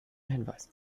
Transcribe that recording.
hinweisen